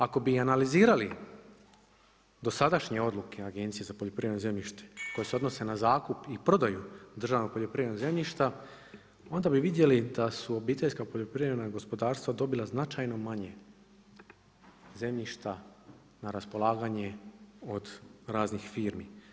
Ako bi analizirali do sadašnje odluke Agencije za poljoprivredno zemljište, koje se odnose na zakup i prodaju državnog poljoprivrednog zemljišta, onda bi vidjeli da su obiteljska poljoprivredna gospodarstva dobila značajno manje zemljišta na raspolaganje, od raznih firmi.